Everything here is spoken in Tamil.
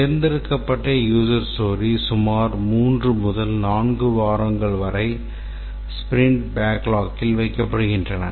தேர்ந்தெடுக்கப்பட்ட user story சுமார் மூன்று முதல் நான்கு வாரங்கள் வரை ஸ்பிரிண்ட் பேக்லாக்கில் வைக்கப்படுகின்றன